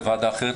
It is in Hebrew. לוועדה אחרת,